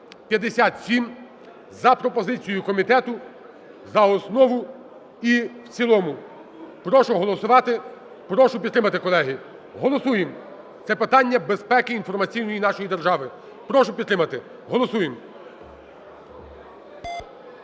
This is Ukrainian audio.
9157) за пропозицією комітету за основу і в цілому. Прошу голосувати, прошу підтримати, колеги. Голосуємо, це питання безпеки інформаційної нашої держави. Прошу підтримати, голосуємо.